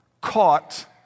caught